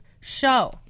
show